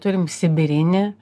turim sibirinį